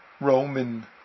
Roman